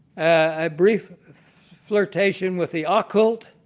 a brief flirtation with the occult.